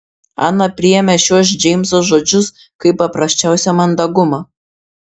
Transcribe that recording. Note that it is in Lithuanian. ana priėmė šiuos džeimso žodžius kaip paprasčiausią mandagumą